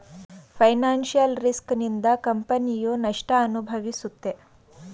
financial risk ನಿಂದ ಕಂಪನಿಯು ನಷ್ಟ ಅನುಭವಿಸುತ್ತೆ